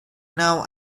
know